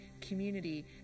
community